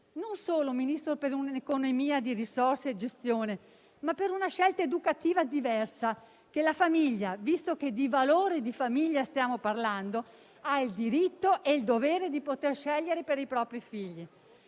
non solo, signor Ministro, per un'economia di risorse e gestione, ma per una scelta educativa diversa, che la famiglia - visto che di valori di famiglia stiamo parlando - ha il diritto e il dovere di scegliere per i propri figli.